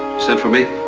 sent for me?